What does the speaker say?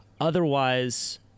Otherwise